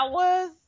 hours